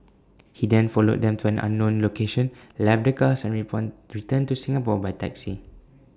he then followed them to an unknown location left the cars and returned to Singapore by taxi